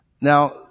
Now